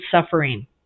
suffering